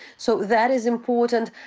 so that is important.